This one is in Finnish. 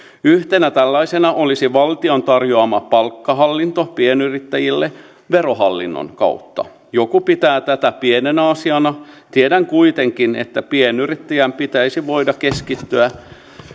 yhtenä tällaisena olisi valtion tarjoama palkkahallinto pienyrittäjille verohallinnon kautta joku pitää tätä pienenä asiana tiedän kuitenkin että pienyrittäjän pitäisi voida keskittyä